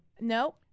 no